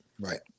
Right